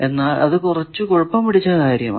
എന്നാൽ അത് കുറച്ചു കുഴപ്പം പിടിച്ച കാര്യമാണ്